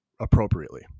appropriately